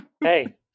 hey